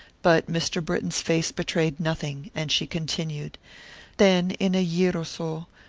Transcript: but mr. britton's face betrayed nothing, and she continued then, in a year or so,